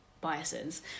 biases